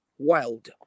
Wild